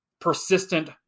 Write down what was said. persistent